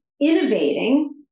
innovating